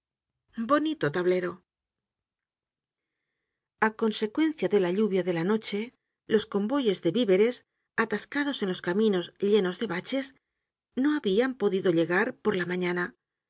bonito tablero a consecuencia de la lluvia de la noche los convoyes de víveres atascados en los caminos llenos de baches no habian podido llegar por la mañana